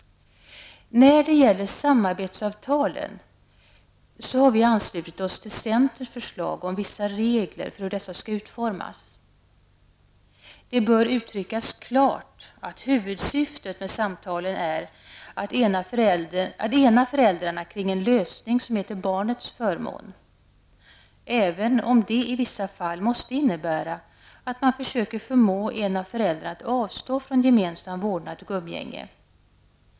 När det gäller samarbetssamtalen har vi anslutit oss till centerns förslag om vissa regler för hur dessa skall utformas. Det bör uttryckas klart att huvudsyftet med samtalen är att ena föräldrarna kring en lösning som är till barnets förmån, även om det i vissa fall måste innebära att man försöker förmå en av föräldrarna att avstå från gemensam vårdnad och umgänge.